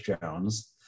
Jones